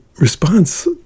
response